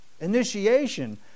initiation